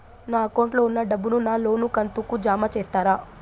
నా అకౌంట్ లో ఉన్న డబ్బును నా లోను కంతు కు జామ చేస్తారా?